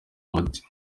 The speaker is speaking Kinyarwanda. umuti